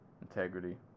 integrity